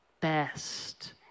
best